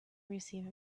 receive